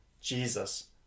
Jesus